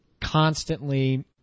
constantly